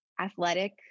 athletic